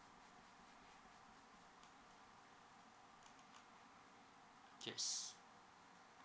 yes